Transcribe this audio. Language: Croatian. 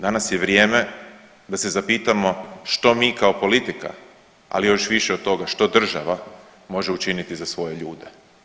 Danas je vrijeme da se zapitamo što mi kao politika, ali još više od toga što država može učiniti za svoje ljude.